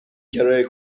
کرایه